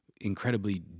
incredibly